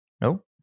no